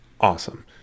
Awesome